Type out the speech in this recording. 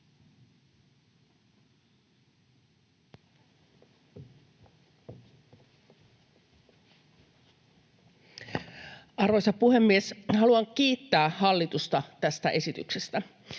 Arvoisa puhemies! Haluan kiittää hallitusta tästä esityksestä.